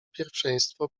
pierwszeństwo